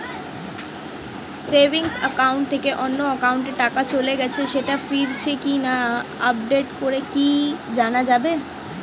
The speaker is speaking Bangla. সেভিংস একাউন্ট থেকে অন্য একাউন্টে টাকা চলে গেছে সেটা ফিরেছে কিনা আপডেট করে কি জানা যাবে?